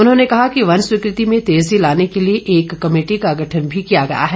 उन्होंने कहा कि वन स्वीकृति में तेजी लाने के लिए एक कमेटी का गठन भी किया गया है